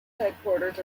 headquarters